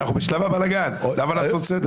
רק השוטים בממשלה הזאת יודעים מה לעשות.